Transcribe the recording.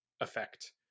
effect